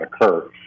occur